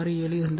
67 இருந்தது